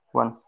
one